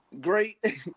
Great